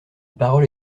parole